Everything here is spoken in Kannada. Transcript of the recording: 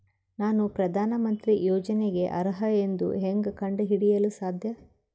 ನಾನು ಪ್ರಧಾನ ಮಂತ್ರಿ ಯೋಜನೆಗೆ ಅರ್ಹ ಎಂದು ಹೆಂಗ್ ಕಂಡ ಹಿಡಿಯಲು ಸಾಧ್ಯ?